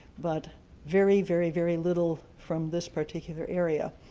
but very, very very little from this particular area.